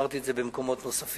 אמרתי את זה במקומות נוספים,